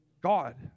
God